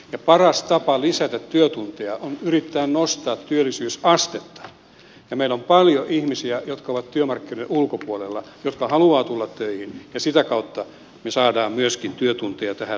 paras tapa lisätä työtunteja on yrittää nostaa työllisyysastetta ja meillä on paljon ihmisiä jotka ovat työmarkkinoiden ulkopuolella jotka haluavat tulla töihin ja sitä kautta me saamme myöskin työtunteja tähän lisää